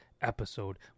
episode